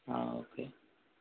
okay